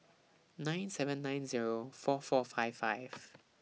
nine seven nine Zero four four five five